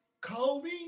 Kobe